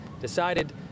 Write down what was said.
decided